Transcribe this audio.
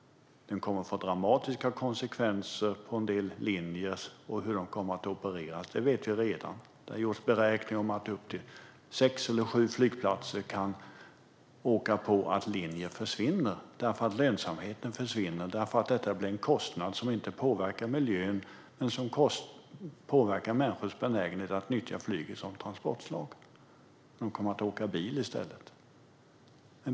Den kommer att få dramatiska konsekvenser för en del linjer och hur de kommer att opereras - det vet vi redan. Det har gjorts beräkningar som visar att upp till sex eller sju flygplatser kan råka ut för att linjer försvinner eftersom lönsamheten försvinner. Detta blir nämligen en kostnad som inte påverkar miljön men däremot människors benägenhet att nyttja flyget som transportslag; de kommer att åka bil i stället.